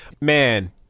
Man